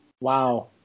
Wow